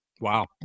Wow